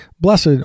Blessed